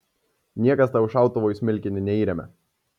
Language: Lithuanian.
niekas tau šautuvo į smilkinį neįremia